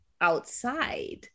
outside